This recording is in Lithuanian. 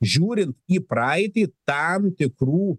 žiūrint į praeitį tam tikrų